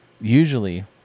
Usually